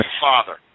Father